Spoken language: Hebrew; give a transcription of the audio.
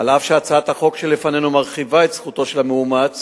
אף שהצעת החוק שלפנינו מרחיבה את זכותו של המאומץ